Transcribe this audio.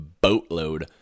boatload